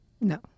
No